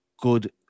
good